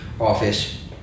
office